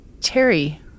Terry